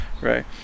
right